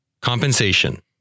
Compensation